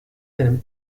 seinem